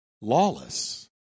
lawless